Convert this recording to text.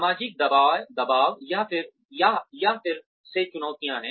सामाजिक दबाव यह फिर से चुनौतियाँ हैं